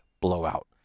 blowout